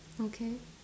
okay